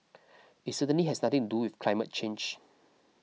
it certainly has nothing to do with climate change